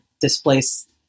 displace